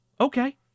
Okay